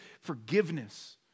forgiveness